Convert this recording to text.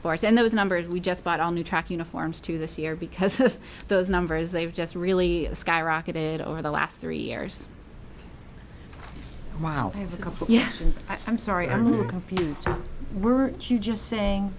parts and those numbers we just bought on new track uniforms to this year because of those numbers they've just really skyrocketed over the last three years while yes and i'm sorry i'm confused were you just saying